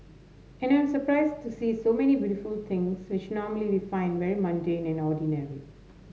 and I'm surprised to see so many beautiful things which normally we find very mundane and ordinary